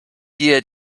dir